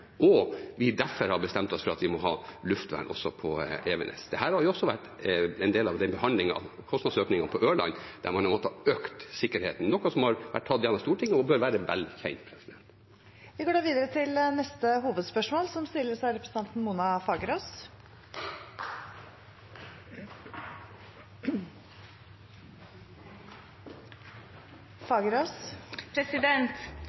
Vi har derfor bestemt oss for at vi må ha luftvern også på Evenes. Dette har vært en del av behandlingen av kostnadsøkningen på Ørland – der man har måttet øke sikkerheten, noe som har vært tatt gjennom Stortinget og bør være vel kjent. Vi går videre til neste hovedspørsmål.